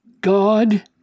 God